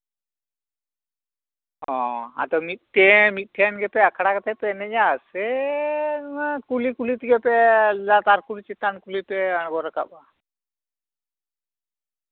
ᱚ ᱟᱫᱚ ᱢᱤᱫᱛᱮ ᱢᱤᱫᱴᱷᱮᱱ ᱜᱮ ᱟᱠᱷᱲᱟ ᱨᱮᱜᱮ ᱯᱮ ᱮᱱᱮᱡᱟ ᱥᱮ ᱠᱩᱞᱦᱤ ᱠᱩᱞᱦᱤ ᱛᱮᱜᱮ ᱯᱮ ᱞᱟᱛᱟᱨ ᱠᱩᱞᱦᱤ ᱪᱮᱛᱟᱱ ᱠᱩᱞᱦᱤ ᱯᱮ ᱟᱬᱜᱚ ᱨᱟᱠᱟᱵᱼᱟ